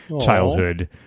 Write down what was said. childhood